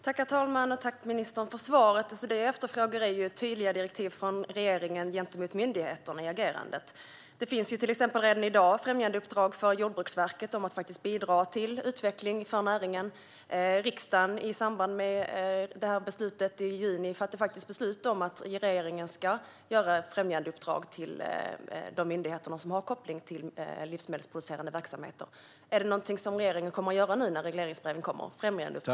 Herr talman! Tack, ministern, för svaret! Det jag efterfrågar är tydliga direktiv från regeringen gentemot myndigheternas agerande. Det finns till exempel redan i dag främjandeuppdrag för Jordbruksverket om att bidra till utveckling för näringen. I samband med beslutet i juni fattade dessutom riksdagen beslut om att regeringen ska ge ett främjandeuppdrag till de myndigheter som har koppling till livsmedelsproducerande verksamheter. Är detta med främjandeuppdrag något som regeringen kommer att göra nu när regleringsbreven skrivs?